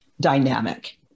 dynamic